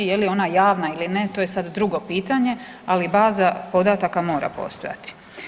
Je li ona javna ili ne to je sada drugo pitanje, ali baza podataka mora postojati.